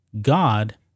God